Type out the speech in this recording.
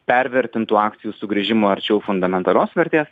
pervertintų akcijų sugrįžimo arčiau fundamentalios vertės